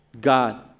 God